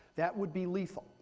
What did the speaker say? that would be lethal.